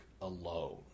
alone